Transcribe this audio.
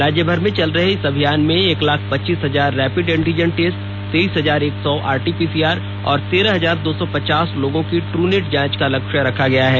राज्यभर में चल रहे इस अभियान में एक लाख पच्चीस हजार रैपिड एंटीजन टेस्ट तेईस हजार एक सौ आरटीपीसीआर और तेरह हजार दो सौ पचास लोगों की ट्रनेट जांच का लक्ष्य रखा गया है